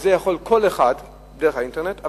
את זה יכול לקבל כל אחד דרך האינטרנט,